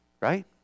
right